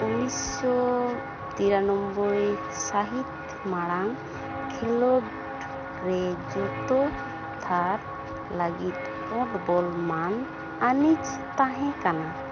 ᱩᱱᱤᱥᱥᱚ ᱛᱤᱨᱟᱱᱚᱵᱽᱵᱚᱭ ᱥᱟᱹᱦᱤᱛ ᱢᱟᱲᱟᱝ ᱠᱷᱮᱞᱳᱰ ᱨᱮ ᱡᱚᱛᱚ ᱛᱷᱟᱨ ᱞᱟᱹᱜᱤᱫ ᱯᱩᱸᱰ ᱵᱚᱞ ᱢᱹᱟᱱ ᱟᱱᱤᱡᱽ ᱛᱟᱦᱮᱸ ᱠᱟᱱᱟ